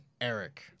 Eric